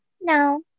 No